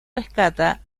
rescata